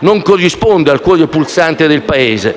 non corrisponde al cuore pulsante del Paese.